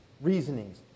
reasonings